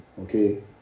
Okay